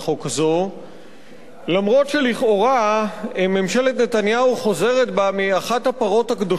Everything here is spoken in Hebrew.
אף שלכאורה ממשלת נתניהו חוזרת בה מאחת הפרות הקדושות של יעד